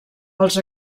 els